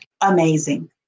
amazing